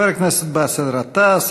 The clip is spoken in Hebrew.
חבר הכנסת באסל גטאס.